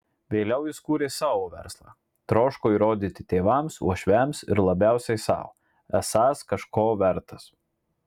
vėliau jis kūrė savo verslą troško įrodyti tėvams uošviams ir labiausiai sau esąs kažko vertas